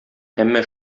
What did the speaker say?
әмма